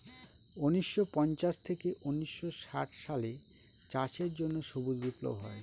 উনিশশো পঞ্চাশ থেকে উনিশশো ষাট সালে চাষের জন্য সবুজ বিপ্লব হয়